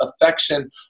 affection